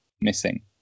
missing